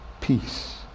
peace